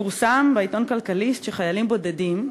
פורסם בעיתון "כלכליסט" שחיילים בודדים,